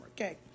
Okay